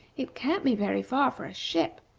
it can't be very far for a ship.